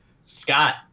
Scott